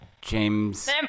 James